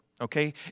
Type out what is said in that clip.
okay